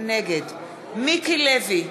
נגד מיקי לוי,